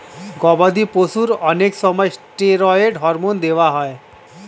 গবাদি পশুর অনেক সময় স্টেরয়েড হরমোন দেওয়া হয়